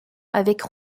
avec